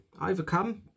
overcome